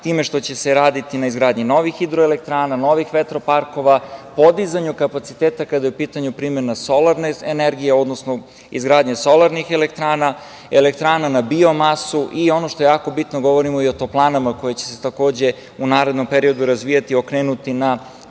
time što će se raditi na izgradnji novih hidroelektrana, novih vetroparkova, podizanju kapaciteta kada je u pitanju primena solarne energije, odnosno izgradnja solarnih elektrana, elektrana na biomasu, i ono što je jako bitno govorimo i o toplanama koje će se takođe u narednom periodu razvijati, okrenuti na